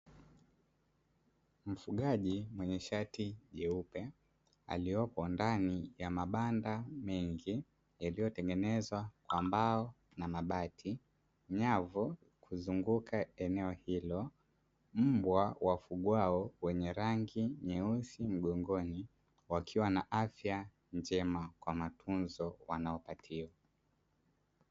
Mfugaji mwenye shati jeupe aliyepo ndani ya mabanda mengi yaliyotengenezwa kwa mbao na mabati, nyavu kuzuunguka neo hilo. Mbwa wafugwao wenye rangi nyeusi mgongoni, wakiwa na afya njema kwa matunzo wanayopatiwa.